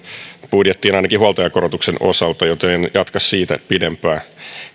budjettiin ainakin huoltajakorotuksen osalta joten en jatka siitä pidempään